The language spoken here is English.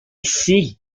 see